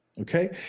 Okay